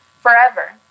forever